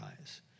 eyes